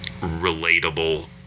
relatable